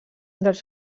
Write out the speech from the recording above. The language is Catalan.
dels